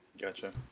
Gotcha